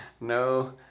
no